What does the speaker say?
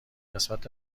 قسمت